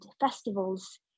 festivals